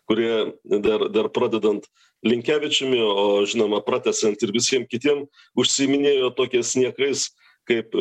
kurie dar dar pradedant linkevičiumi o žinoma pratęsiant ir visiem kitiem užsiiminėjo tokiais niekais kaip